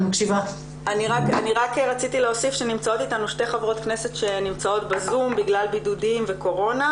שנמצאות איתנו שתי חברות כנסת בזום בגלל בידודים וקורונה,